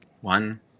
One